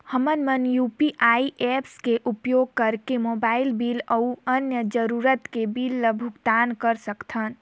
हमन मन UPI apps के उपयोग करिके मोबाइल बिल अऊ अन्य जरूरत के बिल ल भुगतान कर सकथन